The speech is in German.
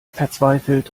verzweifelt